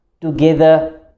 together